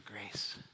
grace